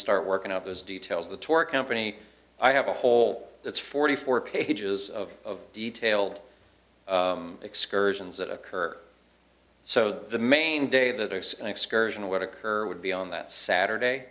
start working out those details of the tour company i have a whole that's forty four pages of detailed excursions that occur so the main day that it's an excursion would occur would be on that saturday